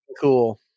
cool